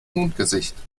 mondgesicht